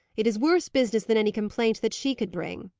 it is worse business than any complaint that she could bring.